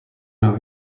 know